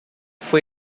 fue